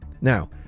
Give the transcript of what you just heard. Now